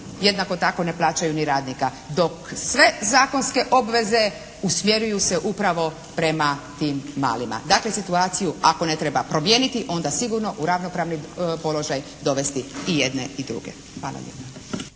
jednako tako ne plaćaju ni radnika. Dok sve zakonske obveze usmjeruju se upravo prema tim malima. Dakle situaciju ako ne treba promijeniti onda sigurno u ravnopravni položaj dovesti i jedne i druge. Hvala lijepa.